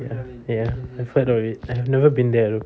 ya ya I've heard of it I have never been there though